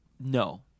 No